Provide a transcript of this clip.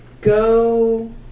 go